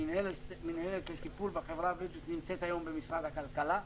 המינהלת לטיפול בחברה הבדואית נמצאת היום במשרד הכלכלה,